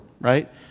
right